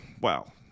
Wow